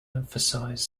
emphasize